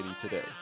today